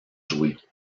jouer